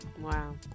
Wow